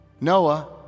Noah